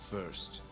First